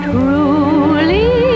Truly